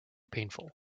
painful